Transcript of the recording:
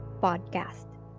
podcast